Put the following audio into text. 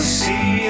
see